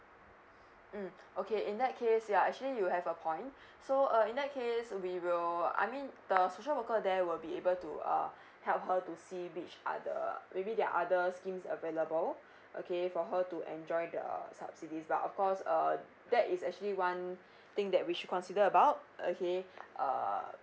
mm okay in that case ya actually you have a point so uh in that case we will I mean the social worker there will be able to uh help her to see which are the maybe there're other schemes available okay for her to enjoy the subsidies but of course err that is actually one thing that we should consider about okay uh